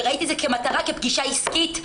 וראיתי את זה כמטרה, כפגישה עסקית.